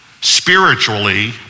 spiritually